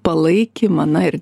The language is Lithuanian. palaikymą na ir